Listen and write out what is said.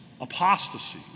apostasy